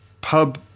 pub